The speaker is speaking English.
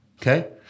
Okay